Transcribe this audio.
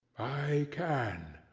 i can.